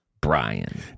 Brian